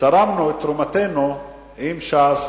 ותרמנו את תרומתנו עם ש"ס,